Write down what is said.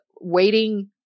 waiting